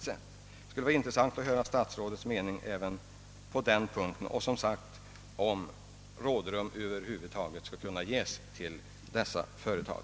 Det skulle vara intressant att höra statsrådets mening även på denna punkt och, som sagt, också huruvida rådrum över huvud taget kan ges dessa företag.